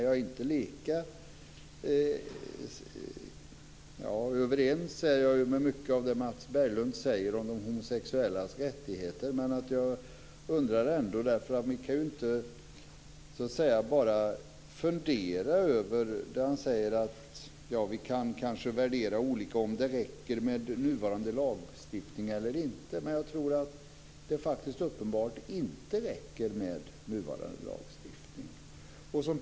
Jag är överens med mycket av det Mats Berglind säger om de homosexuellas rättigheter, men jag undrar ändå. Han säger att vi kan ha olika värderingar om huruvida det räcker med nuvarande lagstiftning eller inte. Men jag tror att det är uppenbart att det inte räcker med nuvarande lagstiftning.